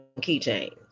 keychains